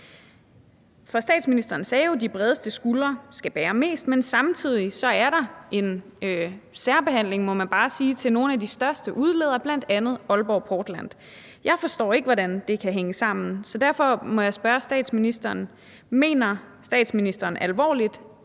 For statsministeren sagde jo, at de bredeste skuldre skal bære mest, men samtidig er der en særbehandling, må man bare sige, af nogle af de største udledere, bl.a. Aalborg Portland. Jeg forstår ikke, hvordan det kan hænge sammen, så derfor må jeg spørge statsministeren: Mener statsministeren alvorligt,